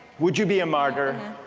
would you be a martyr